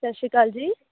ਸਤਿ ਸ਼੍ਰੀ ਅਕਾਲ ਜੀ